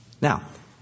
Now